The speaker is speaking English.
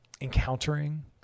encountering